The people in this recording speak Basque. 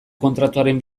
kontratuaren